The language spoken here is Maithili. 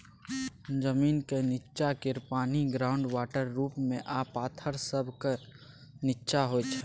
जमीनक नींच्चाँ केर पानि ग्राउंड वाटर रुप मे आ पाथर सभक नींच्चाँ होइ छै